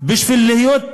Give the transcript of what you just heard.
בשביל להיות,